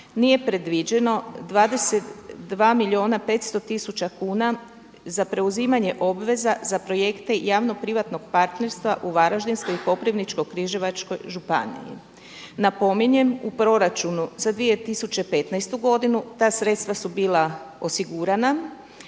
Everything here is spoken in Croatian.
nije predviđeno 22 milijuna 500 tisuća kuna za preuzimanje obveza za projekte javno privatnog partnerstva u Varaždinskoj i Koprivničko–križevačkoj županiji. Napominjem u proračunu za 2015. godinu ta sredstva su bila osigurana